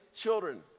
children